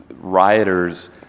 rioters